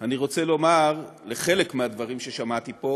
אני רוצה לומר שלחלק מהדברים ששמעתי פה